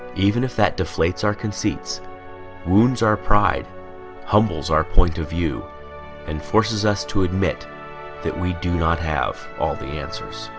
even if that deflates our conceits wounds our pride humbles our point of view and forces us to admit that we do not have all the answers